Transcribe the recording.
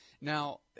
Now